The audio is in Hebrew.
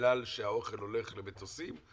בגלל שהאוכל הולך למטוסים,